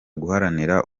guharanira